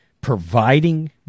providing